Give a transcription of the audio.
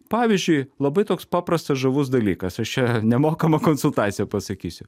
pavyzdžiui labai toks paprastas žavus dalykas aš čia nemokamą konsultaciją pasakysiu